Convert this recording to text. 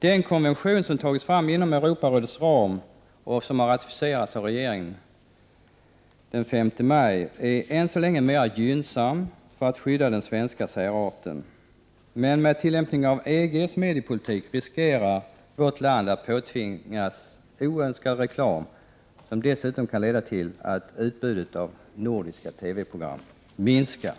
Den konvention som tagits fram inom Europarådets ram och som ratificerades av den svenska regeringen den 5 maj är än så länge gynnsam vad gäller att skydda den svenska särarten. Men med tillämpning av EG:s mediepolitik riskerar vårt land att påtvingas oönskad reklam, vilket dessutom kan leda till att utbudet av nordiska TV-program minskar.